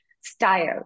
style